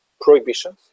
prohibitions